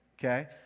Okay